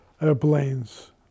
airplanes